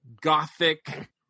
gothic